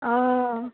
অঁ